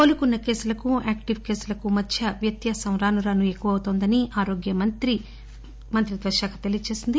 కోలుకున్న కేసులకు యాక్లిప్ కేసులకు మధ్య వ్యత్యాసం రానురాను ఎక్కువ అవుతోందని ఆరోగ్యమంత్రిత్వశాఖ తెలియజేసింది